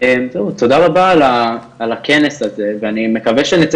זהו תודה רבה על הכנס הזה ואני מקווה שנצא